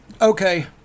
Okay